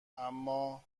اما